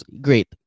great